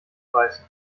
beißen